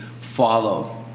follow